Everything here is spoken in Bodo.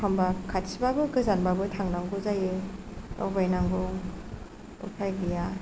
एखनब्ला खाथिबाबो गोजानबाबो थांनांगौ जायो दावबायनांगौ उफाय गैया